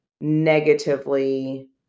negatively